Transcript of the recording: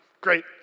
Great